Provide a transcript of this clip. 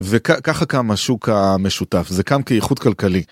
וככה קם השוק המשותף, זה קם כאיכות כלכלית.